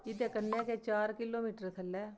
इ'दे कन्नै गै चार किलोमीटर थल्लै